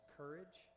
courage